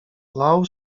lał